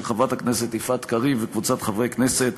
של חברת הכנסת יפעת קריב וקבוצת חברי הכנסת,